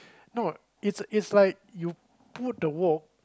no is is like you put the wok